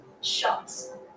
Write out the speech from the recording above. shots